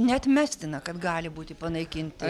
neatmestina kad gali būti panaikinti